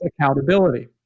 accountability